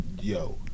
Yo